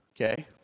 okay